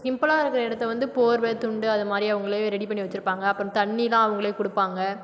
சிம்பிளாக இருக்கிற இடத்த வந்து போர்வை துண்டு அதுமாதிரி அவங்களே ரெடி பண்ணி வச்சுருப்பாங்க அப்புறம் தண்ணிலாம் அவங்களே கொடுப்பாங்க